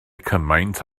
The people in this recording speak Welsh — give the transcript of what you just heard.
cymaint